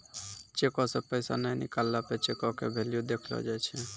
चेको से पैसा नै निकलला पे चेको के भेल्यू देखलो जाय छै